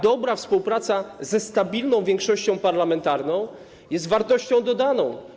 Dobra współpraca ze stabilną większością parlamentarną jest wartością dodaną.